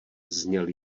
zněl